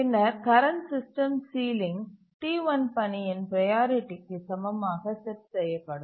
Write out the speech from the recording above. பின்னர் current system ceiling T1 பணியின் ப்ரையாரிட்டிக்கு சமமாக செட் செய்யப்படும்